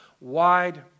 Wide